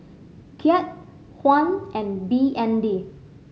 Kyat Yuan and B N D